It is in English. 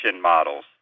models